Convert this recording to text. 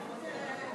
כהצעת הוועדה,